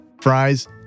fries